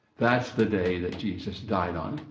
that's the day that jesus died on,